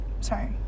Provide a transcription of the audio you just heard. Sorry